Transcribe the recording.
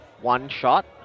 one-shot